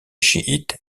chiites